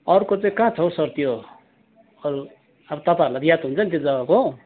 अर्को चाहिँ कहाँ छ हौ सर त्यो अब अब तपाईँहरूलाई त याद हुन्छ नि त्यो जग्गाको